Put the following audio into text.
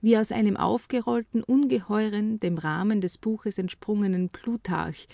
wie aus einem aufgerollten ungeheuren dem rahmen des buches entsprungenen